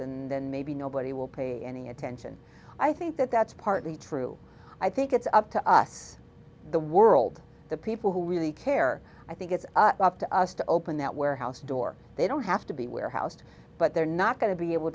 and then maybe nobody will pay any attention i think that that's partly true i think it's up to us the world the people who really care i think it's up to us to open that warehouse door they don't have to be warehoused but they're not going to be able